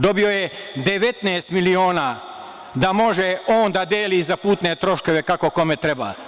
Dobio je 19 miliona da može on da deli za putne troškove kako kome treba.